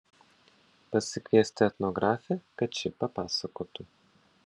pasikviesti etnografę kad ši papasakotų